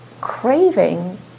craving